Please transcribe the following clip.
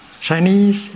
Chinese